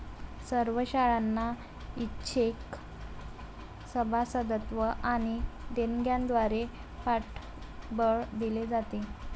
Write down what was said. सर्व शाळांना ऐच्छिक सभासदत्व आणि देणग्यांद्वारे पाठबळ दिले जाते